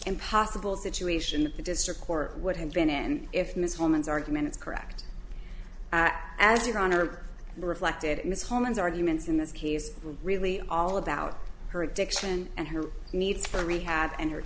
impossible situation that the district court would have been in if ms woman's argument is correct as your honor reflected in this home and arguments in this case really all about her addiction and her need for rehab and her